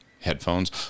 headphones